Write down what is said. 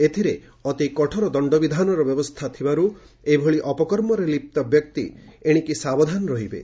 ଏଥିରେ ଅତି କଠୋର ଦଶ୍ଚବିଧାନର ବ୍ୟବସ୍ଥା ଥିବାରୁ ଏଭଳି ଅପକର୍ମରେ ଲିପ୍ତ ବ୍ୟକ୍ତି ସାବଧାନ ରହିବେ